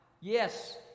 yes